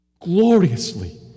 Gloriously